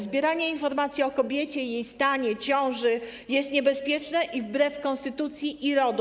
Zbieranie informacji o kobiecie i jej stanie, ciąży, jest niebezpieczne i wbrew konstytucji i RODO.